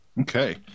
okay